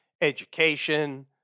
education